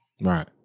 Right